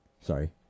Sorry